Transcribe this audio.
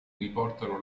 riportano